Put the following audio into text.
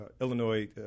Illinois